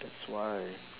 that's why